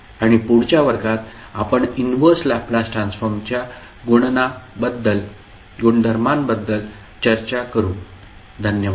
आणि पुढच्या वर्गात आपण इनव्हर्स लॅपलास ट्रान्सफॉर्मच्या गुणनाबद्दल चर्चा करू धन्यवाद